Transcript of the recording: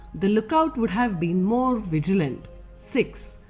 the lookout would have been more vigilant six.